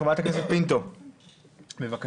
חברת הכנסת פינטו, בבקשה.